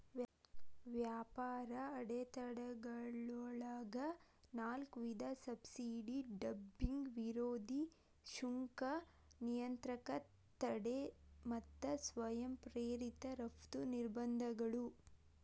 ವ್ಯಾಪಾರ ಅಡೆತಡೆಗಳೊಳಗ ನಾಕ್ ವಿಧ ಸಬ್ಸಿಡಿ ಡಂಪಿಂಗ್ ವಿರೋಧಿ ಸುಂಕ ನಿಯಂತ್ರಕ ತಡೆ ಮತ್ತ ಸ್ವಯಂ ಪ್ರೇರಿತ ರಫ್ತು ನಿರ್ಬಂಧಗಳು